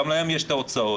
גם להם יש הוצאות.